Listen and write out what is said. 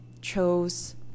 chose